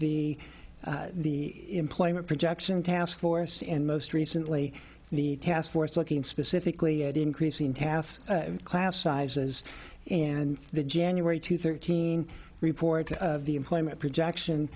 force the the employment projection task force and most recently the task force looking specifically at increasing tasks class sizes and the january two thirteen report of the employment projection